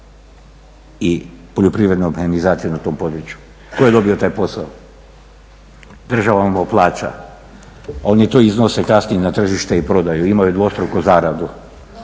i poljoprivrednu …/Govornik se ne razumije./… na tom području, ko je dobio taj posao? Država mu ovo plaća, oni to iznose kasnije na tržište i prodaju, imaju dvostruku zaradu.